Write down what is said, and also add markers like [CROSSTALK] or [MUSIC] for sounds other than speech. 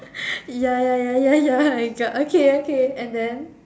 [LAUGHS] ya ya ya ya ya I got okay okay and then